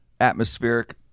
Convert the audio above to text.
atmospheric